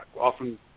Often